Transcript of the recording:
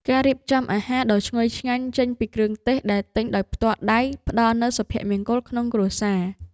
ការរៀបចំអាហារដ៏ឈ្ងុយឆ្ងាញ់ចេញពីគ្រឿងទេសដែលទិញដោយផ្ទាល់ដៃផ្ដល់នូវសុភមង្គលក្នុងគ្រួសារ។